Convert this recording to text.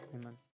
Amen